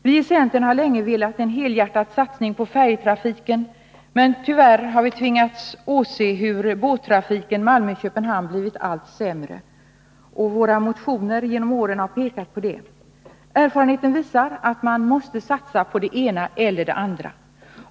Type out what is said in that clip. Vi i centern har länge önskat en helhjärtad satsning på färjetrafiken, men tyvärr har vi tvingats åse hur båttrafiken Malmö-Köpenhamn blivit allt sämre. Våra motioner genom åren har pekat på det. Erfarenheten visar att man måste satsa på det ena eller det andra.